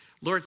Lord